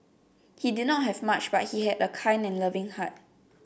he did not have much but he had a kind and loving heart